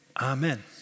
Amen